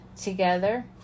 together